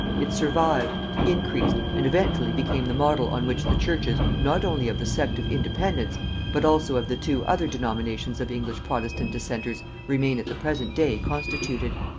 it survived, increased, and eventually became the model on which the churches not only of the sect of independents but also of the two other denominations of english protestant dissenters remain at the present day constituted.